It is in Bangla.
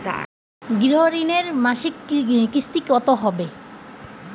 গৃহ ঋণের মাসিক কিস্তি কত হবে?